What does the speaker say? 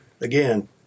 Again